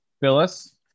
Phyllis